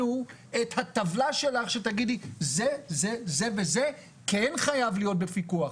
את הטבלה שלך ותגידי זה וזה כן חייב להיות בפיקוח.